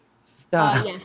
Stop